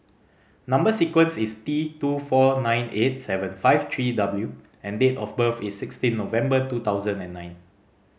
number sequence is T two four nine eight seven five three W and date of birth is sixteen November two thousand and nine